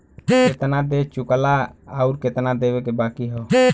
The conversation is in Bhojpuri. केतना दे चुकला आउर केतना देवे के बाकी हौ